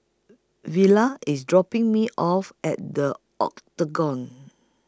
Villa IS dropping Me off At The Octagon